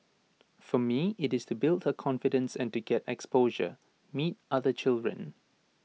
for me IT is to build her confidence and to get exposure meet other children